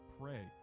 pray